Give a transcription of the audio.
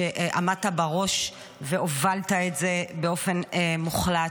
שעמדת בראש והובלת את זה באופן מוחלט.